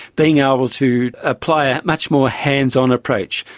being able to apply a much more hands-on approach,